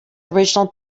original